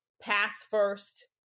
pass-first